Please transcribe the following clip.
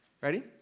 ready